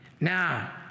Now